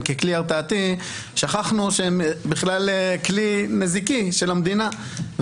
ויש כתבי אישום של המשטרה בנושא שומר